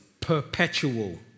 perpetual